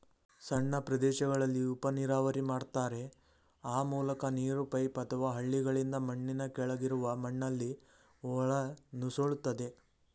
ಸಣ್ಣ ಪ್ರದೇಶಗಳಲ್ಲಿ ಉಪನೀರಾವರಿ ಮಾಡ್ತಾರೆ ಆ ಮೂಲಕ ನೀರು ಪೈಪ್ ಅಥವಾ ಹಳ್ಳಗಳಿಂದ ಮಣ್ಣಿನ ಕೆಳಗಿರುವ ಮಣ್ಣಲ್ಲಿ ಒಳನುಸುಳ್ತದೆ